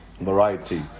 variety